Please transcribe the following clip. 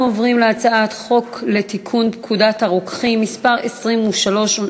אנחנו עוברים להצעת חוק לתיקון פקודת הרוקחים (מס' 23)